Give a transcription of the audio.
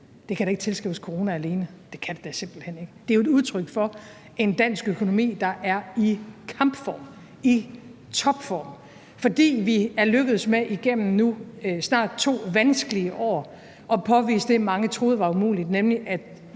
Det kan da ikke tilskrives corona alene – det kan det da simpelt hen ikke. Det er jo et udtryk for en dansk økonomi, der er i kampform, i topform, fordi vi er lykkedes med igennem nu snart to vanskelige år at påvise det, mange troede var umuligt,